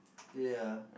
ya